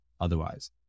otherwise